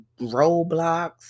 roadblocks